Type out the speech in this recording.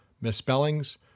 misspellings